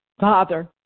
Father